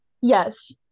Yes